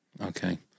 Okay